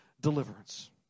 deliverance